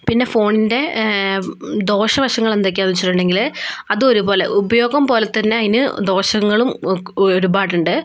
പിന്നെ ഫോണിൻറെ ദോഷവശങ്ങളെന്തൊക്കെയാണെന്ന് വെച്ചിട്ടുണ്ടെങ്കില് അതൊരുപോലെ ഉപയോഗം പോലെ തന്നെ ദോഷങ്ങളും ഒരുപാടുണ്ട്